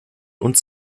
und